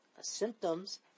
symptoms